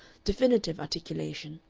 definitive articulation,